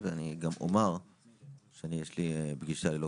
יש איזה